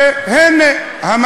והנה,